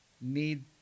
need